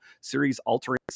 series-altering